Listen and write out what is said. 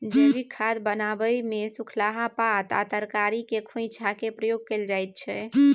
जैबिक खाद बनाबै मे सुखलाहा पात आ तरकारी केर खोंइचा केर प्रयोग कएल जाइत छै